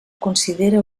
considere